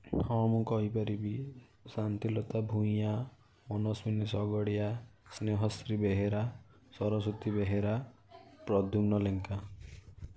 ହଁ ମୁଁ କହିପାରିବି ଶାନ୍ତିଲତା ଭୂଇଁଆ ମନସ୍ଵୀନି ଶଗଡ଼ିଆ ସ୍ନେହଶ୍ରୀ ବେହେରା ସରସ୍ୱତୀ ବେହେରା ପ୍ରଦ୍ୟୁମ୍ନ ଲେଙ୍କା